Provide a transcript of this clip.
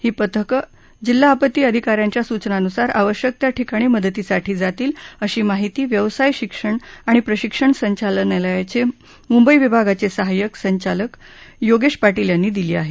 ही पथकं जिल्हा आपत्ती अधिकाऱ्यांच्या सूचनांनुसार आवश्यक त्या ठिकाणी मदतीसाठी जातील अशी माहिती व्यवसाय शिक्षण आणि प्रशिक्षण संचालनालयाचे मुंबई विभागाचे साहाय्यक संचालक योगेश पाटील यांनी दिली आहे